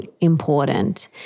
important